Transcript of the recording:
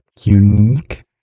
unique